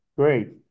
Great